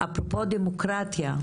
ואפרופו דמוקרטיה,